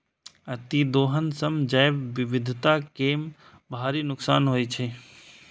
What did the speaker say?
अतिदोहन सं जैव विविधता कें भारी नुकसान होइ छै